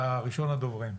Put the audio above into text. אתה ראשון הדוברים.